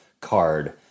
card